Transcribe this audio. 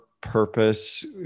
purpose